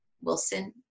Wilson